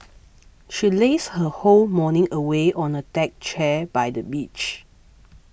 she lazed her whole morning away on a deck chair by the beach